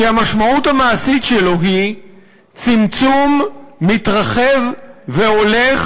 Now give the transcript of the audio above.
כי המשמעות המעשית שלו היא צמצום מתרחב והולך,